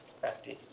practice